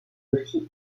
aussi